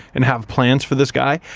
and have plans for this guy.